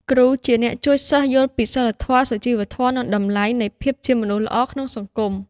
គ្រូជាអ្នកជួយសិស្សយល់ពីសីលធម៌ សុជីវធម៌ និងតម្លៃនៃភាពជាមនុស្សល្អក្នុងសង្គម។